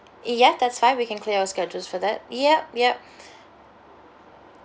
ya that's fine we can clear our schedules for that ya ya